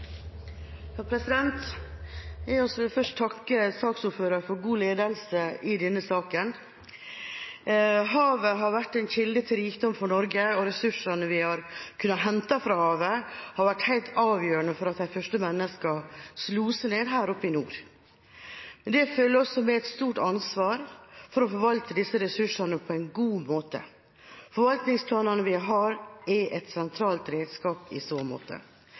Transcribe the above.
Jeg vil også først takke saksordføreren for god ledelse i denne saken. Havet har vært en kilde til rikdom for Norge, og ressursene vi har kunnet hente fra havet, har vært helt avgjørende for at de første menneskene slo seg ned her oppe i nord. Men det følger også med et stort ansvar for å forvalte disse ressursene på en god måte. Forvaltningsplanene vi har, er et sentralt redskap i så måte.